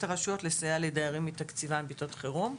הרשויות לסייע לדיירים מתקציבן בעתות חרום.